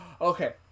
okay